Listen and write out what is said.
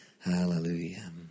Hallelujah